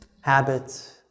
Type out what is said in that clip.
habits